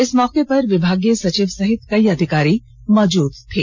इस मौके पर विभागीय सचिव सहित कई अधिकारी मौजूद थे